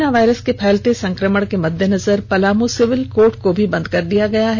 corona virus के फैलते संकमण के मद्देनजर पलामू सिविल कोर्ट को भी बंद कर दिया गया है